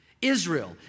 Israel